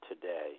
today